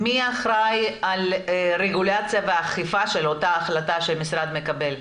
מי אחראי על הרגולציה והאכיפה של אותה החלטה שהמשרד מקבל?